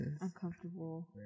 uncomfortable